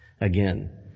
Again